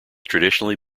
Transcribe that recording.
traditionally